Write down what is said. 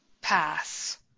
pass